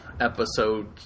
episode